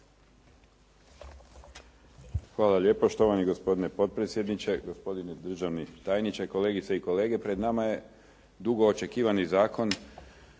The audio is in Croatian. Hvala lijepa štovani gospodine potpredsjedniče, gospodine državni tajniče, kolegice i kolege. Pred nama je dugo očekivani zakon